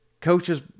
Coaches